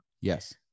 Yes